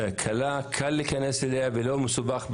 שיהיה קל להיכנס ולא מסובך.